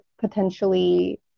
potentially